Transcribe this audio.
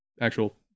actual